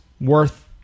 worth